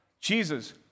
Jesus